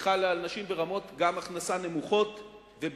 היא חלה גם על נשים ברמות הכנסה נמוכות ובינוניות,